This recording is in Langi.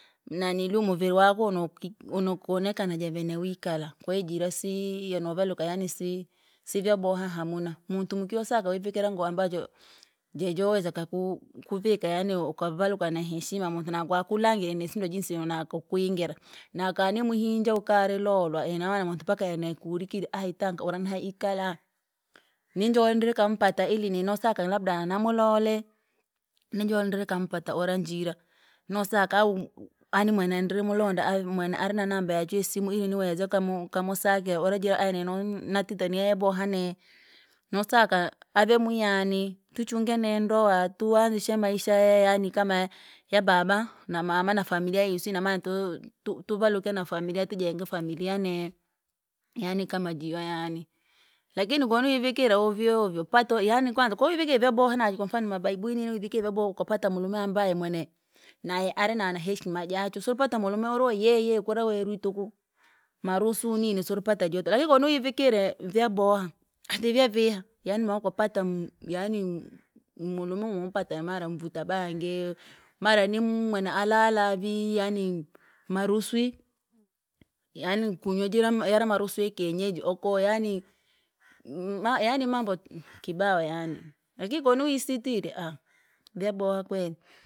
Naniluu muviri waku nuki nokonekana javene wikala. Kwahiyo jirasii yonavaluka yani si- sivyaboha hamuna, muntu muki yosaka wivikire ngoo ambajo, jejoweza kukuu kuvika yaani ukavaluka na heshima muntu nakwaa kulangire nisindwe jinsi una kukwingira, na kanimuhinja ukari lolwa inamaana muntu mpaka ene kurikirirya ahi tanka ura ni hii ikala, ninjoli ndiri kampata ile ninosaka labda namulole, nijoli ndiri kampata ura njira, nosoka au ani- mwenendri mulonda au mwene ari na namba yachu yisimu ili niweze kamu kamusakira ura jura ayi ninu natite ni ya yaboha neye, nosaka ave mwiyani, tuchunga neye ndoa, tuwanzishe maisha yaani kama ya! Yababa, na mama, na familia yiswi inamaana ntu- tuvaluke nafamilia tujenge familia nee, yaani kama jiyo yaani, lakini koniwivikire hovyohovyo, pata yaani kwanza kowivikire vyaboha naja kwamfano mabaibui ninu uvikira vyaboha ukapata mulume ambaye mwene naye ari nanaheshima jachu suiripata mulume uru- yeye kura werwi tuku, marusu nini surupata jota, lakini konu iwivikire vyaboha, ati vyaviha, yaani maukapata muu- yani mu- mulume umupata mara mvuta bangi, mara ni- mwana alala vii yani maruswi. Yaani kunywa jira yara manusu yakienyeji oko yaani, maa- yani mambo mk- kibao yaani, lakini koni wisitire, vyaboha kweri.